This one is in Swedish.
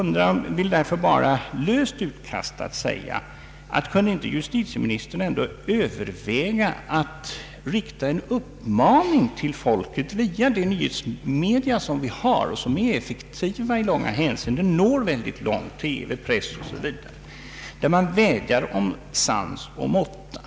Jag vill bara löst utkasta frågan: Skulle inte justitieministern kunna överväga att rikta en uppmaning till folket via våra nyhetsmedia, TV, press m.m., som ju är effektiva och når mycket långt, och vädja om sans och måtta.